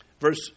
Verse